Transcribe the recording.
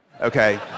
Okay